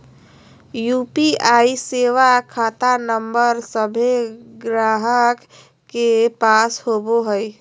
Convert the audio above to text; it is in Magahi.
यू.पी.आई सेवा खता नंबर सभे गाहक के पास होबो हइ